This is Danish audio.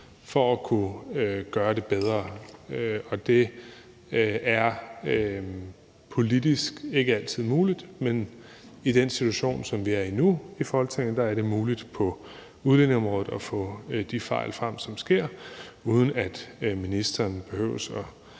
for at kunne gøre det bedre. Det er ikke altid muligt politisk, men i den situation, som vi er i nu i Folketinget, er det muligt på udlændingeområdet at få de fejl frem, som sker, uden at ministeren behøver at